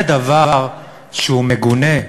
זה דבר שהוא מגונה.